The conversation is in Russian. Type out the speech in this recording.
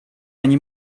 они